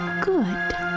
Good